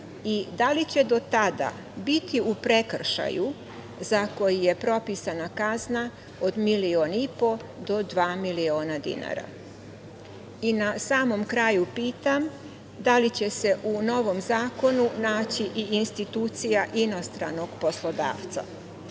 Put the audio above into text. i da li će do tada biti u prekršaju za koji je propisana kazna od milion i po do dva miliona dinara? Na samom kraju pitam da li će se u novom zakonu naći i institucija inostranog poslodavca?